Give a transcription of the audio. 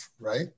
right